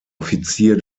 offizier